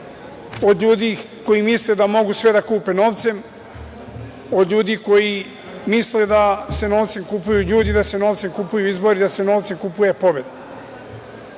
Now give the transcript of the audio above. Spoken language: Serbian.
od ljudi koji misle da mogu sve da kupe novcem, od ljudi koji misle da se novcem kupuju ljudi, da se novcem kupuju izbori, da se novcem kupuje pobeda.